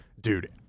Dude